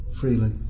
freely